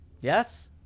Yes